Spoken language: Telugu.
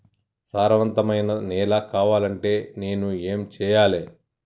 సారవంతమైన నేల కావాలంటే నేను ఏం చెయ్యాలే?